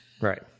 Right